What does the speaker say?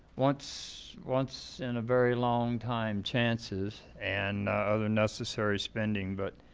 once once in a very long time chances and other necessary spending, but